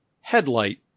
headlight